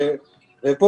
פה,